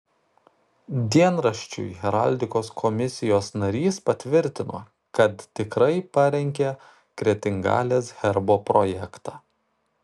dienraščiui heraldikos komisijos narys patvirtino kad tikrai parengė kretingalės herbo projektą